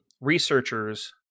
researchers